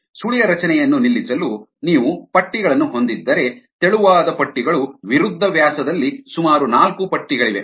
ಸುಳಿಯ ರಚನೆಯನ್ನು ನಿಲ್ಲಿಸಲು ನೀವು ಪಟ್ಟಿಗಳನ್ನು ಹೊಂದಿದ್ದರೆ ತೆಳುವಾದ ಪಟ್ಟಿಗಳು ವಿರುದ್ಧ ವ್ಯಾಸದಲ್ಲಿ ಸುಮಾರು ನಾಲ್ಕು ಪಟ್ಟಿಗಳಿವೆ